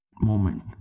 moment